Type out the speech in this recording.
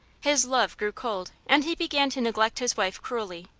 his love grew cold and he began to neglect his wife cruelly.